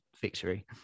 victory